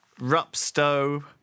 Rupstow